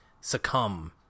succumb